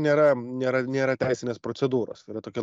nėra nėra nėra teisinės procedūros yra tokia